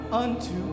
unto